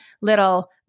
little